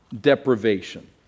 deprivation